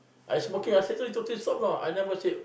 I smoking I totally stop know I never said